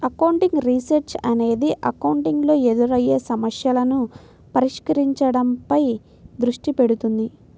accounting research అనేది accounting లో ఎదురయ్యే సమస్యలను పరిష్కరించడంపై దృష్టి పెడుతుంది